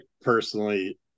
personally